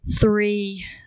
three